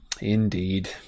Indeed